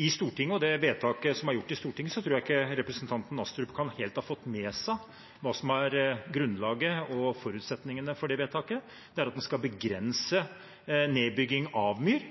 og det vedtaket som er gjort i Stortinget, tror jeg ikke representanten Astrup helt kan ha fått med seg hva som er grunnlaget og forutsetningene for det vedtaket. Det er at man skal begrense nedbygging av myr,